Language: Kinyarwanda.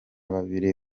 babiri